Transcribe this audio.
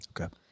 Okay